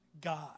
God